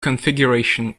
configuration